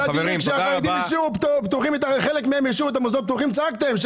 כשהחרדים השאירו את מערכת החינוך פתוחה זעקתם עליהם,